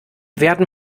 werden